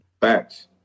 Facts